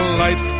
light